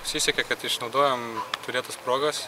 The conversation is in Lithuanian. sisekė kad išnaudojom turėtas progas